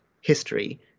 history